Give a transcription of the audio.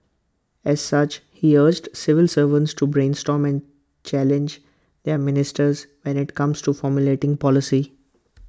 as such he urged civil servants to brainstorm and challenge their ministers when IT comes to formulating policy